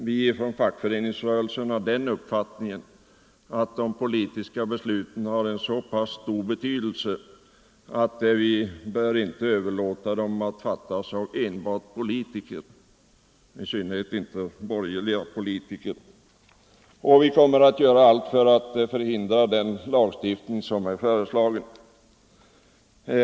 Vi har inom fackföreningsrörelsen den uppfattningen att de politiska besluten har så pass stor betydelse att deras avgörande inte helt kan överlåtas till politiker, i synnerhet inte till borgerliga politiker. Vi kommer att göra allt för att förhindra den lagstiftning som är föreslagen.